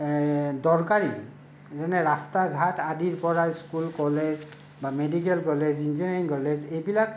দৰকাৰী যেনে ৰাষ্টা ঘাট আদিৰ পৰা স্কুল কলেজ বা মেডিকেল কলেজ ইঞ্জিনিয়াৰিং কলেজ এইবিলাক